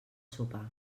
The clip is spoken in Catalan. sopar